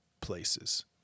places